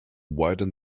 widen